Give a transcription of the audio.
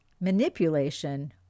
manipulation